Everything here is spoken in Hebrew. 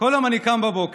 כל יום אני קם בבוקר